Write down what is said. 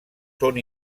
són